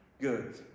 good